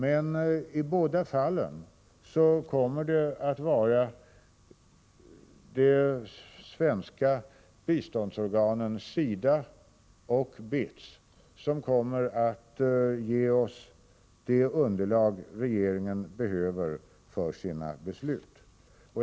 Men i båda fallen kommer de svenska biståndsorganen SIDA och BITS att ge oss det underlag som regeringen behöver för sina beslut.